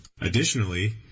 Additionally